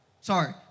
sorry